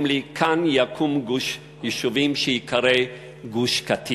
לי: כאן יקום גוש יישובים שייקרא גוש-קטיף.